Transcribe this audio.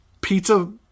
pizza